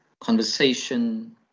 conversation